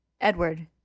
Edward